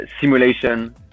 simulation